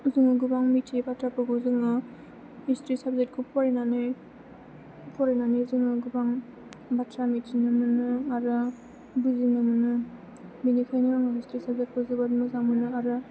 जोङो गोबां मिथियै बाथ्राखौबो जोङो हिसथ्रि साबजेतखौ फरायनानै जोङो गोबां बाथ्रा मिथिनो मोनो आरो बुजिनो मोनो बेनिखायनो आङो हिसथ्रि साबजेतखौ जोबोद मोजां मोनो आरो